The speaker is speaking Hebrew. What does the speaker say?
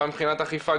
גם מבחינת אכיפה,